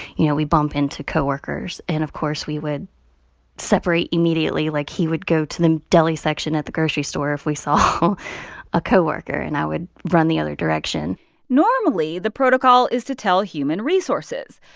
you know, we bump into co-workers and of course we would separate immediately. like, he would go to the deli section at the grocery store if we saw a co-worker, and i would run the other direction normally, the protocol is to tell human resources.